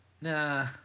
Nah